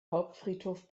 hauptfriedhof